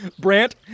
Brant